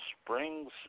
Springs